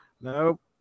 Nope